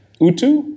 Utu